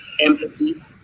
empathy